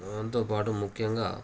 దాంతో పాటు ముఖ్యంగా